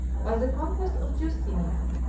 by the conquest of justinian,